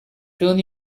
turn